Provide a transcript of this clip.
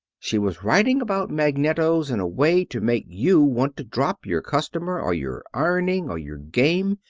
she was writing about magnetos in a way to make you want to drop your customer, or your ironing, or your game,